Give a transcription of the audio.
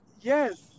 Yes